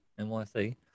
NYC